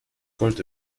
gold